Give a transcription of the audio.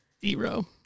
Zero